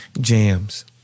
jams